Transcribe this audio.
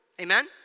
amen